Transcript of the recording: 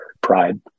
pride